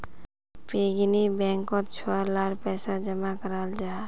piggy बैंकोत छुआ लार पैसा जमा कराल जाहा